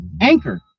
Anchor